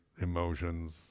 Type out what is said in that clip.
emotions